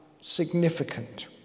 significant